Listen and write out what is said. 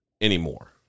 anymore